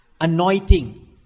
anointing